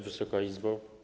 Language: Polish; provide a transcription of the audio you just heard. Wysoka Izbo!